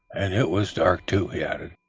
and it was dark too, he added,